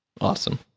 awesome